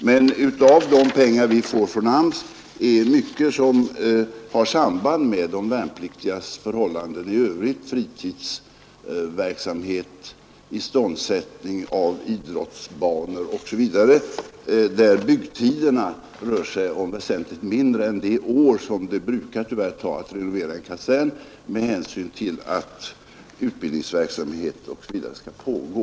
Men av de pengar vi får från AMS går mycket till sådant som har samband med de värnpliktigas förhållanden i övrigt, nämligen fritidsverksamhet, iståndsättning av idrottsbanor osv.. där byggtiderna är väsentligt mindre än den tid som det tyvärr brukar ta att renovera en kasern med hänsyn till att utbildningsverksamhet osv. skall pågå.